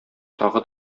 тагы